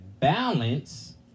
Balance